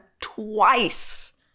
twice